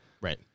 Right